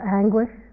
anguish